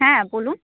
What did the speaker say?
হ্যাঁ বলুন